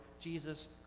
Jesus